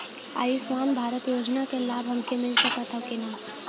आयुष्मान भारत योजना क लाभ हमके मिल सकत ह कि ना?